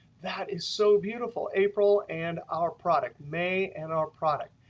that is so beautiful. april and our product, may and our product.